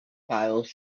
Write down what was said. files